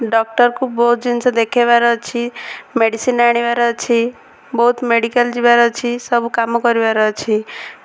ଡକ୍ଟରକୁ ବହୁତ ଜିନିଷ ଦେଖେଇବାର ଅଛି ମେଡ଼ିସିନ୍ ଆଣିବାର ଅଛି ବହୁତ ମେଡ଼ିକାଲ୍ ଯିବାର ଅଛି ସବୁ କାମ କରିବାର ଅଛି